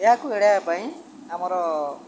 ଏହାକୁ ଏଡ଼ାଇବା ପାଇଁ ଆମର